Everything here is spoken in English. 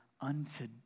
unto